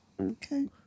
Okay